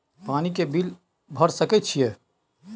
पानी के बिल भर सके छियै?